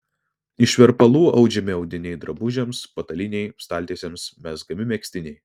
iš verpalų audžiami audiniai drabužiams patalynei staltiesėms mezgami mezginiai